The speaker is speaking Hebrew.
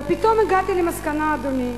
ופתאום הגעתי למסקנה, אדוני,